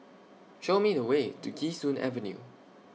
Show Me The Way to Kee Sun Avenue